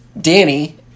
Danny